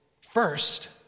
first